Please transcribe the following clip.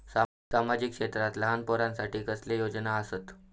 सामाजिक क्षेत्रांत लहान पोरानसाठी कसले योजना आसत?